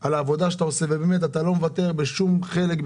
על העבודה שאתה עושה ובאמת אתה לא מוותר בשום חלק,